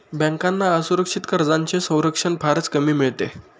बँकांना असुरक्षित कर्जांचे संरक्षण फारच कमी मिळते